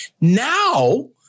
Now